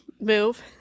move